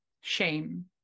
shame